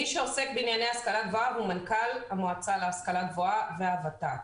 מי שעוסק בענייני השכלה גבוהה הוא מנכ"ל המועצה להשכלה גבוהה והות"ת.